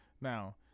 Now